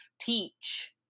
teach